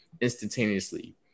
instantaneously